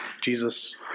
Jesus